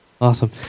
Awesome